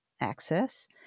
access